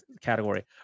category